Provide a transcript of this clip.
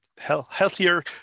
healthier